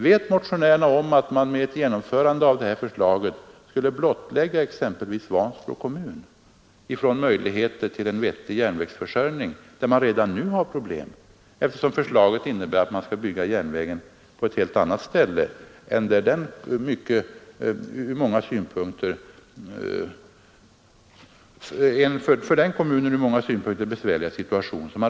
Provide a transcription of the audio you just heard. Vet motionärerna om att man vid ett genomförande av det här förslaget skulle undandra exempelvis Vansbro kommun möjligheterna till en vettig järnvägsförsörjning, eftersom förslaget innebär att man skall bygga järnvägen på ett helt annat ställe? Den kommunen är ju redan ur många synpunkter i en besvärlig situation.